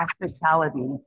hospitality